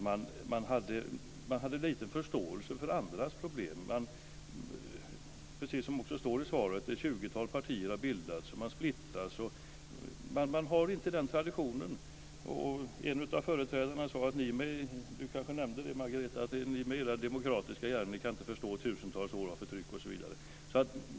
Man hade lite förståelse för andras problem. Precis som det står i svaret har ett tjugotal partier bildats och man splittras. Man har inte den demokratiska traditionen. En av företrädarna sade - Margareta Vilkund kanske nämnde det - att ni med era demokratiska hjärnor kan inte förstå tusentals år av förtryck.